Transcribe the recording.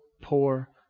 poor